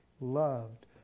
loved